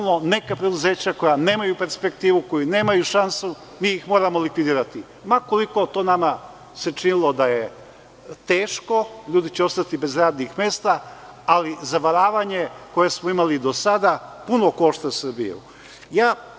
Neka preduzeća koja nemaju perspektivu, koja nemaju šansu, mi ih moramo likvidirati, ma koliko se to nama činilo kao teško, ljudi će ostati bez radnih mesta, ali, zavaravanje koje smo imali do sada, puno košta Srbiju.